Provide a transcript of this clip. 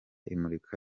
imurika